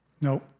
no